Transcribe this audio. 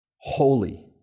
Holy